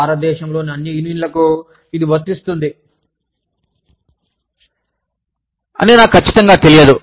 భారతదేశంలోని అన్ని యూనియన్లకు ఇది వర్తిస్తుందని నాకు ఖచ్చితంగా తెలియదు